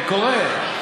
זה קורה.